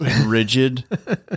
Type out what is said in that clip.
rigid